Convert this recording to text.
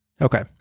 Okay